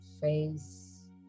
face